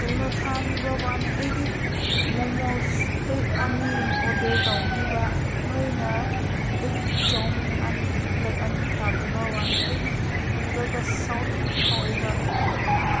ꯀꯩꯅꯣ ꯊꯥꯕꯤꯕ ꯋꯥꯅꯦ ꯑꯩꯗꯤ ꯃꯣꯃꯣꯁ ꯄ꯭ꯂꯦꯠ ꯑꯅꯤ ꯑꯣꯔꯗꯔ ꯇꯧꯕꯅꯦꯕ ꯅꯣꯏꯅ ꯑꯩꯒꯤ ꯆꯧꯃꯤꯟ ꯄ꯭ꯂꯦꯠ ꯑꯅꯤ ꯊꯥꯕꯤꯕ ꯋꯥꯅꯤ ꯑꯩꯗꯤ ꯎꯔꯒ ꯁꯥꯎꯅꯤꯡꯕ ꯐꯥꯎꯋꯦꯕ